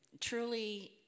truly